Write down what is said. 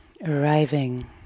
Arriving